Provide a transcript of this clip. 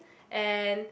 and